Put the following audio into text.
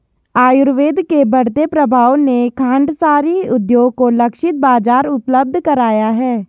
आयुर्वेद के बढ़ते प्रभाव ने खांडसारी उद्योग को लक्षित बाजार उपलब्ध कराया है